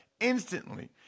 instantly